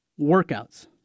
workouts